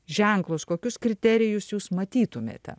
ženklus kokius kriterijus jūs matytumėte